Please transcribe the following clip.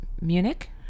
Munich